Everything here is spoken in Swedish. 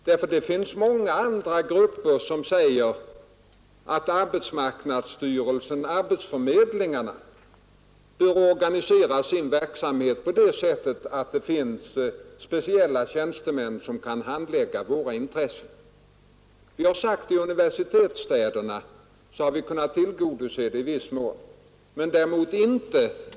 Det finns ju många andra grupper som säger att arbetsförmedlingarna bör organisera sin verksamhet så, att det finns speciella tjänstemän som kan handlägga deras intressen. I universitetsstäderna har vi kunnat tillgodose sådana önskemål i viss mån.